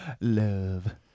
love